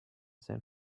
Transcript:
san